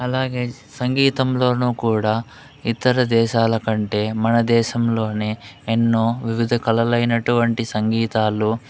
అలాగే సంగీతంలోనూ కూడా ఇతర దేశాల కంటే మనదేశంలోనే ఎన్నో వివిధ కళలైనటువంటి సంగీతాల్లో